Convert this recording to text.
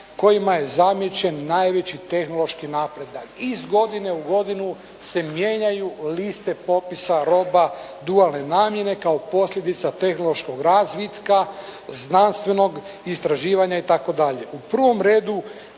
kojima je zamijećen najveći tehnološki napredak. Iz godine u godinu se mijenjaju liste popisa roba dualne namjene, kao posljedica tehnološkog razvitka, znanstvenog istraživanja itd.